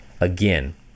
again